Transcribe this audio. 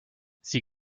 sie